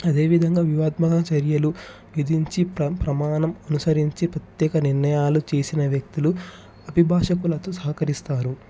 అదేవిధంగా వివాత్మక చర్యలు విధించి ప్ర ప్రమాణం అనుసరించి ప్రత్యేక నిర్ణయాలు చేసిన వ్యక్తులు అభిభాషకులతో సహకరిస్తారు